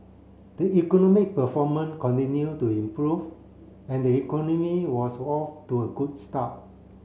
the economic performance continued to improve and the economy was off to a good start